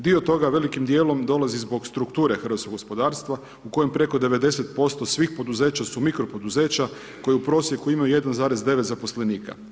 Dio toga velikim dijelom dolazi zbog strukture hrvatskog gospodarstva u kojem preko 90% svih poduzeća su mikro poduzeća koja u prosjeku imaju 1,9 zaposlenika.